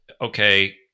okay